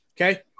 Okay